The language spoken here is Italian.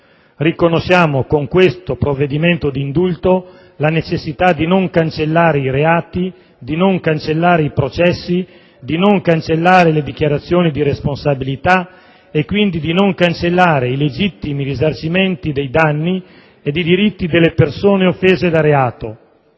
Riconosciamo con questo provvedimento la necessità di non cancellare i reati, di non cancellare i processi, di non cancellare le dichiarazioni di responsabilità e quindi di non cancellare i legittimi risarcimenti dei danni e i diritti delle persone offese da reato.